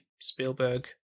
spielberg